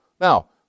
Now